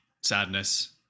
sadness